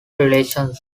relations